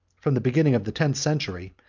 from the beginning of the tenth century,